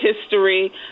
history